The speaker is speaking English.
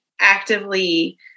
actively